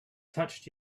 touched